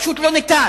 פשוט לא ניתן.